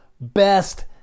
best